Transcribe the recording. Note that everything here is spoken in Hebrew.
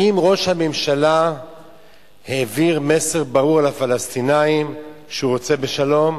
האם ראש הממשלה העביר מסר ברור לפלסטינים שהוא רוצה בשלום?